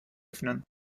öffnen